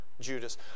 Judas